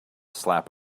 slap